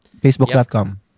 facebook.com